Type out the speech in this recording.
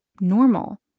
normal